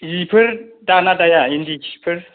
जिफोर दायोना दाया इन्दि जिफोर